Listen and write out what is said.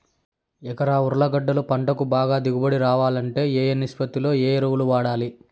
ఎకరా ఉర్లగడ్డలు గడ్డలు పంటకు బాగా దిగుబడి రావాలంటే ఏ ఏ నిష్పత్తిలో ఏ ఎరువులు వాడాలి?